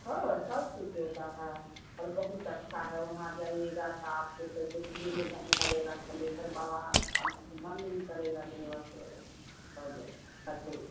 हाँ सब कुछ होता है और बहुत अच्छा है वहाँ जाइएगा तो आपको सब देखने में मन लगेगा थलेसर बाबा स्थान से मन नहीं करेगा जो वहाँ से अब हटे